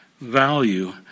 value